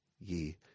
ye